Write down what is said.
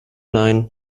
nein